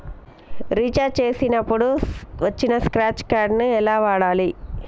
Recharge చేసినప్పుడు వచ్చిన scratch card ఎలా వాడాలి?